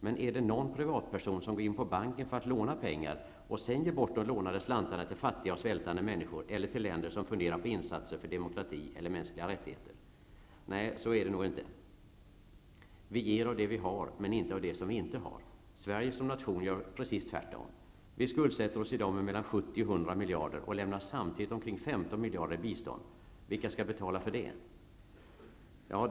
Men är det någon privatperson som går in på banken för att låna pengar och sedan ger bort de lånade slantarna till fattiga och svältande människor eller till länder där man funderar på insatser för demokrati eller mänskliga rättigheter? Nej så är det nog inte. Vi ger av det som vi har, men inte av det som vi inte har. Sverige som nation gör precis tvärtom. Vi skuldsätter oss i dag med mellan 70 och 100 miljarder och lämnar samtidigt omkring 15 miljarder i bistånd. Vilka skall betala för det?